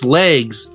legs